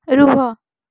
ରୁହ